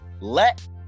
let